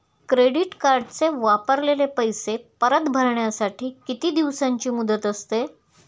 Credit कार्डचे वापरलेले पैसे परत भरण्यासाठी किती दिवसांची मुदत असते?